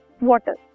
water